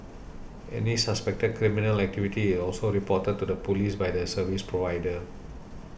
any suspected criminal activity is also reported to the police by the service provider